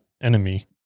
enemy